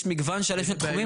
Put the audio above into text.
יש מגוון שלם של תחומים.